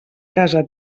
casa